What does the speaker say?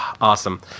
Awesome